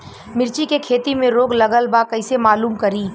मिर्ची के खेती में रोग लगल बा कईसे मालूम करि?